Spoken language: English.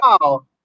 wow